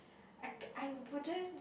I I wouldn't